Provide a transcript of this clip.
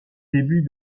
début